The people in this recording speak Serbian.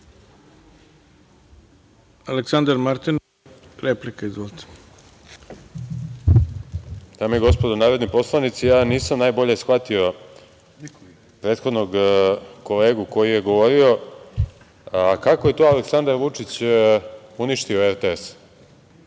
**Aleksandar Martinović** Dame i gospodo narodni poslanici, nisam najbolje shvatio prethodnog kolegu koji je govorio, a kako je to Aleksandar Vučić uništio RTS?